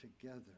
together